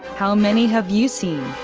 how many have you seen?